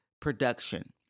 production